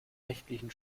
nächtlichen